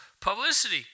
publicity